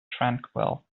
tranquil